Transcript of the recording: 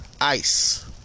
ice